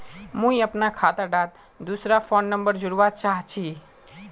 मुई अपना खाता डात दूसरा फोन नंबर जोड़वा चाहची?